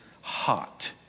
hot